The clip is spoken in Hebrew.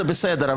זה בסדר,